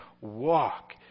walk